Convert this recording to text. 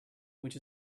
which